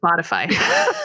Spotify